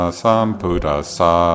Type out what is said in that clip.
sampudasa